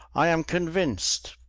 i am convinced